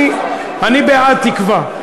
אני בעד תקווה,